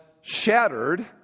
shattered